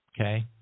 Okay